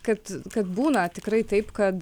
kad kad būna tikrai taip kad